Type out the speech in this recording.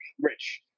Rich